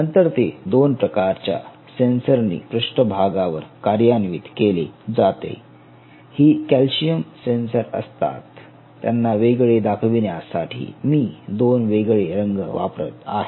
नंतर ते दोन प्रकारच्या सेन्सरनि पृष्ठभागावर कार्यान्वित केले जाते ही कॅल्शियम सेन्सर असतात त्यांना वेगळे दाखविण्यासाठी मी दोन वेगळे रंग वापरत आहे